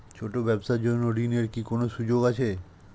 ছোট ব্যবসার জন্য ঋণ এর কি কোন সুযোগ আছে?